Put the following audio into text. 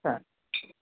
సరే